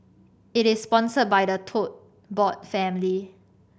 it is sponsored by the Tote Board family